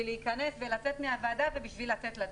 להיכנס ולצאת מהוועדה וכדי לצאת לדרך.